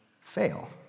fail